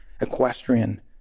equestrian